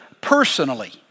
personally